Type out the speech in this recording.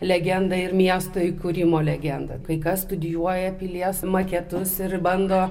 legendą ir miesto įkūrimo legendą kai kas studijuoja pilies maketus ir bando